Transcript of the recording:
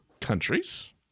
countries